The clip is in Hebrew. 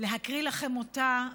להקריא לכם אותה.